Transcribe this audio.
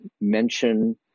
mention